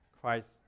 Christ